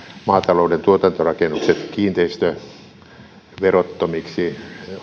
maatalouden tuotantorakennukset kiinteistöverottomiksi